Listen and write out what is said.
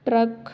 truck